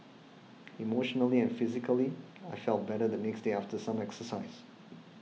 emotionally and physically I felt better the next day after some exercise